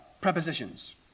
Prepositions